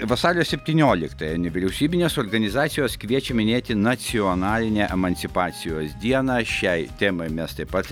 vasario septynioliktąją nevyriausybinės organizacijos kviečia minėti nacionalinę emancipacijos dieną šiai temai mes taip pat